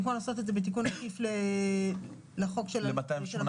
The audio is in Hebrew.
במקום לעשות את זה בתיקון עקיף לחוק של --- ל-218?